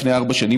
לפני ארבע שנים,